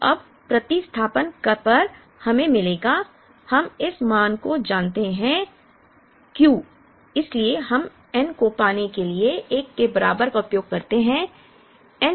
तो अब प्रतिस्थापन पर हमें मिलेगा हम इस मान को जानते हैं Q इसलिए हम n को पाने के लिए 1 के बराबर का उपयोग करते हैं